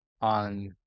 on